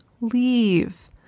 leave